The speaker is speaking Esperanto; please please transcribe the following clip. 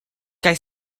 kaj